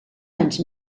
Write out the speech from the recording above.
anys